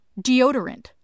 deodorant